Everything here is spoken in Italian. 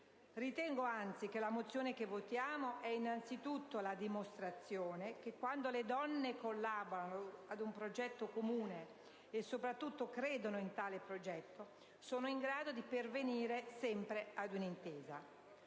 Ritengo, anzi, che il testo che votiamo è innanzitutto la dimostrazione che quando le donne collaborano ad un progetto comune, e soprattutto credono in tale progetto, sono in grado di pervenire sempre ad un'intesa.